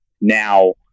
now